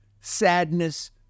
sadness